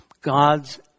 God's